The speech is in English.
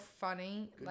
funny